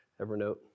Evernote